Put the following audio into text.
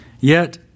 Yet